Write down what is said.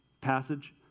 passage